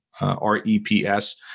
R-E-P-S